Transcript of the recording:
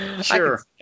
Sure